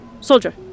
soldier